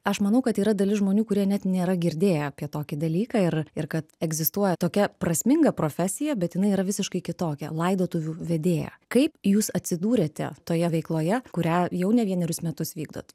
aš manau kad yra dalis žmonių kurie net nėra girdėję apie tokį dalyką ir ir kad egzistuoja tokia prasminga profesija bet jinai yra visiškai kitokia laidotuvių vedėja kaip jūs atsidūrėte toje veikloje kurią jau ne vienerius metus vykdot